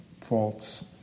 faults